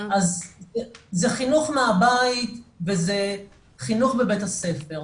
אז זה חינוך מהבית וזה חינוך בבית הספר.